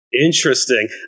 interesting